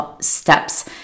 steps